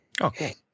Okay